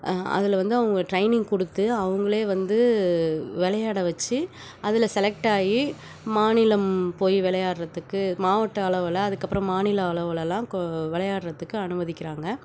அதில் வந்து அவங்க ட்ரெயினிங் கொடுத்து அவங்களே வந்து விளையாட வெச்சு அதில் செலக்டாகி மாநிலம் போய் விளையாட்றத்துக்கு மாவட்டம் அளவில் அதுக்கப்புறோம் மாநிலம் அளவிலலாம் கோ விளையாட்றத்துக்கு அனுமதிக்கிறாங்க